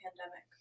pandemic